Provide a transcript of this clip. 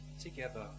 together